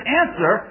answer